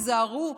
היזהרו,